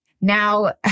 Now